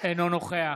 אינו נוכח